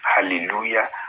Hallelujah